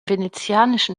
venezianischen